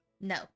No